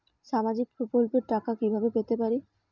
সামাজিক প্রকল্পের টাকা কিভাবে পেতে পারি?